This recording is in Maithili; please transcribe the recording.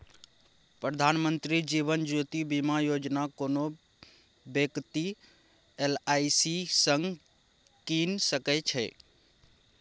प्रधानमंत्री जीबन ज्योती बीमा योजना कोनो बेकती एल.आइ.सी सँ कीन सकै छै